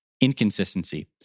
inconsistency